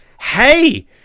hey